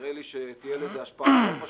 נראה לי שתהיה לזה השפעה יותר משמעותית,